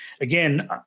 again